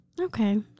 Okay